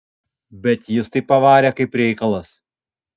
bet jis tai pavarė kaip reikalas